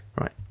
Right